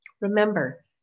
Remember